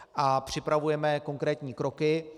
A připravujeme konkrétní kroky.